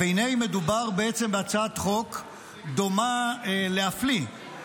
מדובר בעצם בהצעת חוק דומה להפליא,